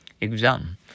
Exam